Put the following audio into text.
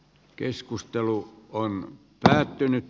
keskustelu on päättynyt